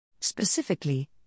Specifically